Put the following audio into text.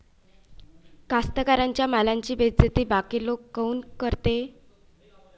कास्तकाराइच्या मालाची बेइज्जती बाकी लोक काऊन करते?